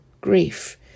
grief